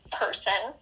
person